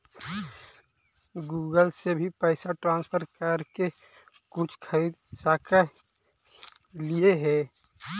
Google से भी पैसा ट्रांसफर कर के कुछ खरिद सकलिऐ हे?